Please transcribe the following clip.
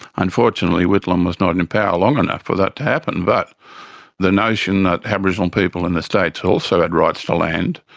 unfortunately whitlam was not in in power long enough for that to happen, but the notion that aboriginal people in the states also had rights to land,